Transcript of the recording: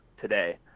today